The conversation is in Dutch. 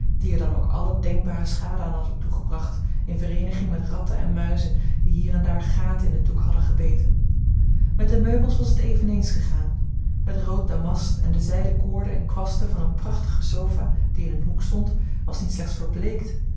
die er dan ook alle denkbare schade aan hadden toegebracht in vereeniging met ratten en muizen die hier en daar gaten in het doek hadden gebeten met de meubels was het eveneens gegaan het rood damast en de zijden koorden en kwasten van eene prachtige sofa die in een hoek stond was niet slechts verbleekt